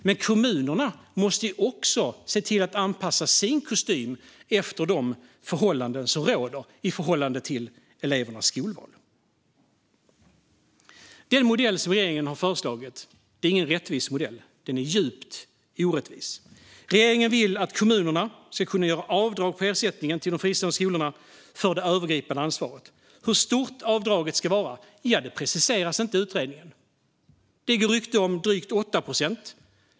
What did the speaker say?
Men kommunerna måste också se till att anpassa sin kostym efter de förhållanden som råder, i förhållande till elevernas skolval. Den modell som regeringen har föreslagit är ingen rättvis modell. Den är djupt orättvis. Regeringen vill att kommunerna ska kunna göra avdrag på ersättningen till de fristående skolorna för det övergripande ansvaret. Hur stort avdraget ska vara preciseras inte i utredningen. Det går rykte om drygt 8 procent.